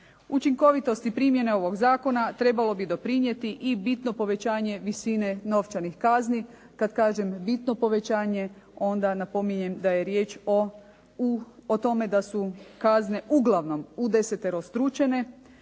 Učinkovitosti primjene ovog zakona trebalo bi doprinijeti i bitno povećanje visine novčanih kazni. Kad kažem bitno povećanje, onda napominjem da je riječ o tome da su kazne uglavnom udeseterostručene